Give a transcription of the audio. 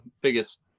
biggest